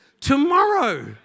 Tomorrow